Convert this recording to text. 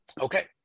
Okay